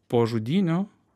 po žudynių